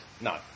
No